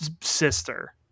sister